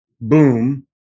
Boom